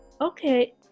okay